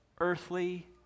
earthly